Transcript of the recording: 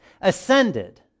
ascended